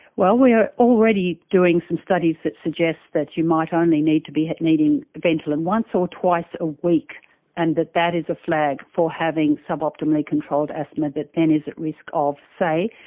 well, we are already doing some studies that suggests that you might only need to be needing ventolin once or twice a week and that that is a flag for having sub-optimally controlled asthma that then is at risk of, say,